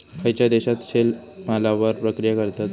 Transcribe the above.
खयच्या देशात शेतमालावर प्रक्रिया करतत?